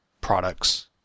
products